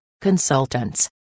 consultants